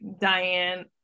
Diane